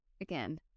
again